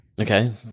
Okay